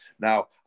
Now